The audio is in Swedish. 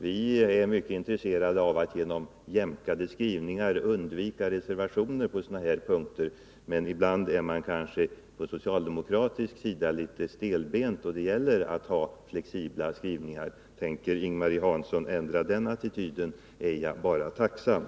Vi är mycket intresserade av att genom jämkade skrivningar undvika reservationer på sådana här punkter, men ibland har man från socialdemokratisk sida en litet stelbent inställning till flexibla skrivningar. Tänker Ing-Marie Hansson ändra attityden på den punkten, är jag bara tacksam.